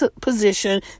position